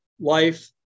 life